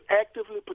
actively